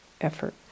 Effort